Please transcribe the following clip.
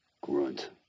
Grunt